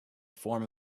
form